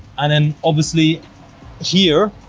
and then obviously here